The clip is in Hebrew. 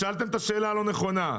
שאלתם את השאלה הלא-נכונה.